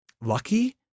lucky